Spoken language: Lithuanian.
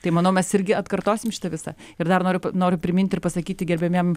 tai manau mes irgi atkartosim šitą visą ir dar noriu noriu priminti ir pasakyti gerbiamiem